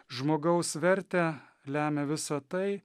žmogaus vertę lemia visa tai